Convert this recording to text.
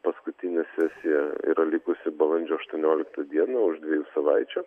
paskutinė sesija yra likusi balandžio aštuonioliktą dieną už dviejų savaičių